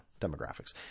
demographics